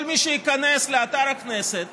כל מי שייכנס לאתר הכנסת